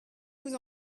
vous